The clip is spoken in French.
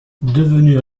devenu